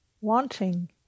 wanting